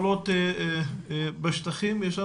בוודאי.